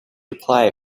apply